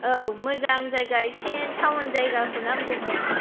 औ मोजां जायगा एसे टाउन जायगाखौ नांगौमोन